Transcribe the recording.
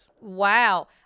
Wow